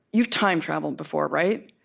you've time-traveled before, right?